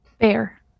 Bear